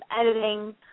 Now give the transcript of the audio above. editing